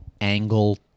angle